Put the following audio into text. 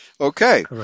Okay